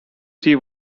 see